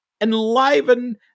enliven